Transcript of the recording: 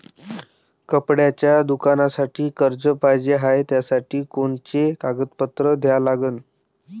कपड्याच्या दुकानासाठी कर्ज पाहिजे हाय, त्यासाठी कोनचे कागदपत्र द्या लागन?